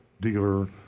dealer